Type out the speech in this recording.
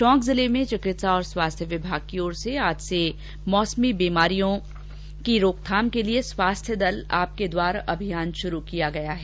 टोंक जिले में चिकित्सा और स्वास्थ्य विमाग की ओर से आज से मौसमी बीमारियों की रोकथाम के लिए स्वास्थ्य दल आपके द्वार अभियान शुरू किया गया है